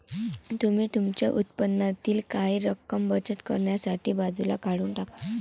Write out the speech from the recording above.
तुम्ही तुमच्या उत्पन्नातील काही रक्कम बचत करण्यासाठी बाजूला काढून टाका